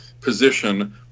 position